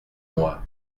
moi